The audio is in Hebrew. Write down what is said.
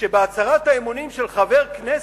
שבהצהרת האמונים של חבר כנסת,